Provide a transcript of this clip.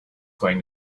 going